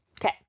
Okay